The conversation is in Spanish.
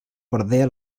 bordea